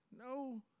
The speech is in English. no